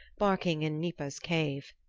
barking in gnipa's cave.